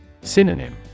Synonym